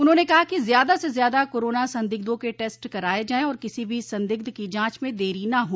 उन्होंने कहा कि ज्यादा से ज्यादा कोरोना संदिग्धों के टेस्ट कराये जाये और किसी भी संदिग्ध की जांच में देरी न हो